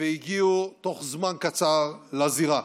והגיעו תוך זמן קצר לזירה.